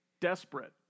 Desperate